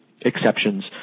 exceptions